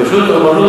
זה פשוט אמנות,